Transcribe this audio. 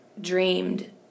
dreamed